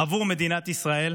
עבור מדינת ישראל,